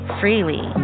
freely